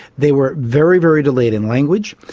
they were very, very delayed in language,